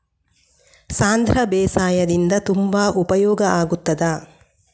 ಸಾಂಧ್ರ ಬೇಸಾಯದಿಂದ ತುಂಬಾ ಉಪಯೋಗ ಆಗುತ್ತದಾ?